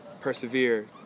persevere